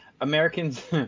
Americans